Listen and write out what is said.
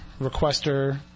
requester